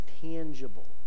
tangible